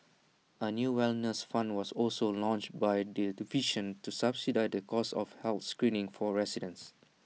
A new wellness fund was also launched by the division to subsidise the cost of health screenings for residents